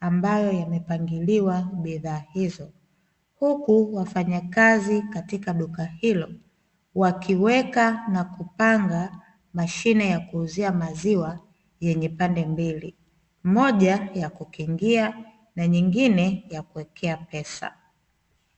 ambayo yamepangiliwa bidhaa hizo, huku wafanyakazi katika duka hilo wakiweka na kupanga mashine ya kuuzia maziwa yenye pande mbili, moja ya kukingia na nyingine ya kuwekea pesa.